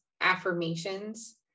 affirmations